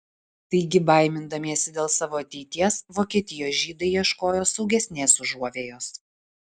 taigi baimindamiesi dėl savo ateities vokietijos žydai ieškojo saugesnės užuovėjos